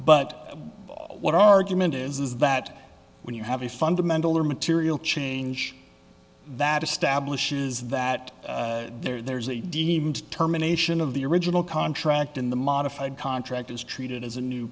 but what argument is that when you have a fundamental or material change that establishes that there's a deemed terminations of the original contract in the modified contract is treated as a new